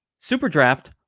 Superdraft